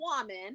woman